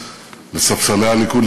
לספסלי הליכוד,